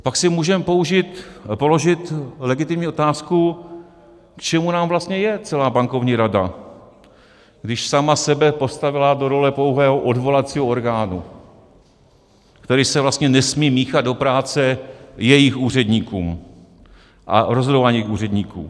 Pak si můžeme položit legitimní otázku, k čemu nám vlastně je celá Bankovní rada, když sama sebe postavila do role pouhého odvolacího orgánu, který se vlastně nesmí míchat do práce jejich úředníkům a rozhodování jejich úředníků.